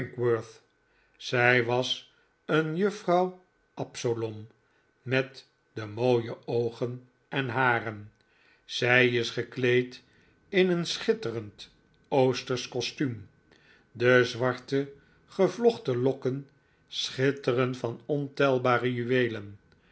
zij was een juffrouw absolom met de mooie oogen en haren zij is gekleed in een schitterend oostersch kostuum de zwarte gevlochten lokken schitteren van ontelbare juweelen